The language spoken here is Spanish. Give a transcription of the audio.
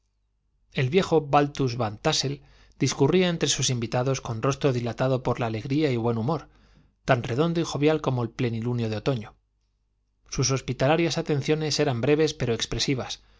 el viejo baltus van tássel discurría entre sus invitados con rostro dilatado por la alegría y buen humor tan redondo y jovial como el plenilunio de otoño sus hospitalarias atenciones eran breves pero expresivas